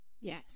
Yes